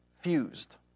fused